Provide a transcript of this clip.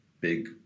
big